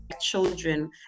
children